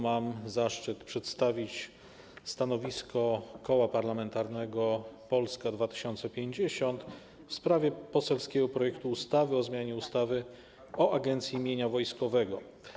Mam zaszczyt przedstawić stanowisko Koła Parlamentarnego Polska 2050 wobec poselskiego projektu ustawy o zmianie ustawy o Agencji Mienia Wojskowego.